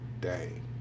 day